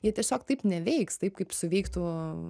jie tiesiog taip neveiks taip kaip suveiktų